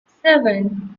seven